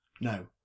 No